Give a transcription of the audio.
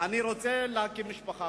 אני רוצה להקים משפחה.